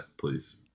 please